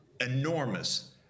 enormous